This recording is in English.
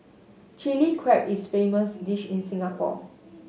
Chilli Crab is famous dish in Singapore